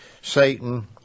Satan